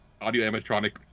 audio-animatronic